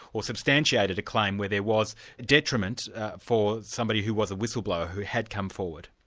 or substantiated a claim where there was detriment for somebody who was a whistleblower, who had come forward.